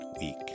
week